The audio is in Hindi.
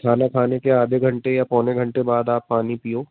खाना खाने के आधे घंटे या पौने घंटे बाद आप पानी पीयो